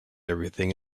everything